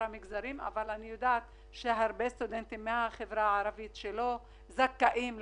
הרבה סטודנטים מהחברה הערבית לא זכאים למעונות,